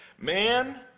man